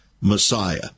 Messiah